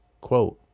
Quote